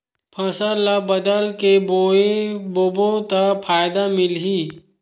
फसल ल बदल के बोबो त फ़ायदा मिलही?